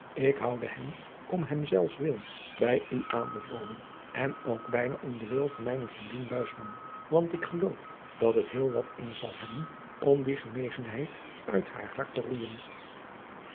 ik houde hem om hem zelfs wil bij u aanbevolen en ook bijna om den wil van mijne vriendin want ik geloof dat het heel wat in zal hebben om die genegenheid uit haar hart te roeijen